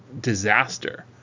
disaster